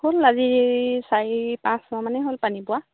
হ'ল আজি চাৰি পাঁচমাহমানেই হ'ল পানী পোৱা